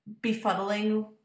befuddling